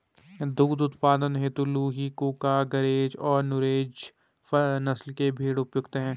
दुग्ध उत्पादन हेतु लूही, कूका, गरेज और नुरेज नस्ल के भेंड़ उपयुक्त है